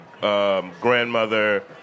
grandmother